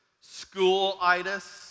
school-itis